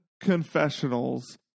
confessionals